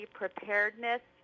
preparedness